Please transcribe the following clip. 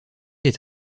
est